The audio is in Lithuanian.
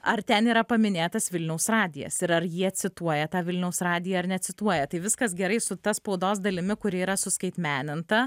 ar ten yra paminėtas vilniaus radijas ir ar jie cituoja tą vilniaus radiją ar necituoja tai viskas gerai su ta spaudos dalimi kuri yra suskaitmeninta